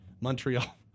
Montreal